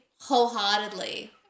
wholeheartedly